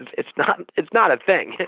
and it's not it's not a thing.